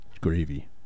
Gravy